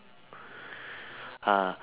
ah